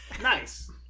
Nice